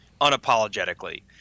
unapologetically